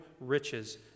riches